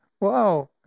Wow